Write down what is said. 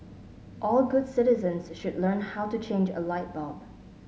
all good citizens should learn how to change a light bulb